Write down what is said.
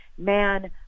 man